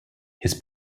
his